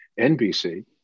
NBC